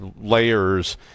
layers